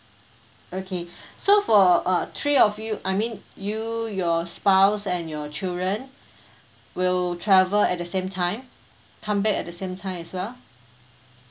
okay so for uh three of you I mean you your spouse and your children will travel at the same time come back at the same time as well